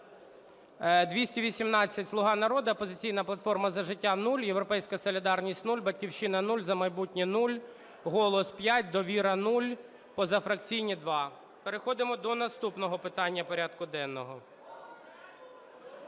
218 – "Слуга народу", "Опозиційна платформа - За життя" – 0, "Європейська солідарність" – 0, "Батьківщина" – 0, "За майбутнє" – 0, "Голос" – 5, "Довіра" – 0, позафракційні – 2. Переходимо до наступного питання порядку денного.